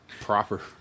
proper